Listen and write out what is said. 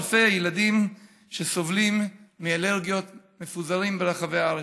אלפי ילדים שסובלים מאלרגיות מפוזרים ברחבי הארץ.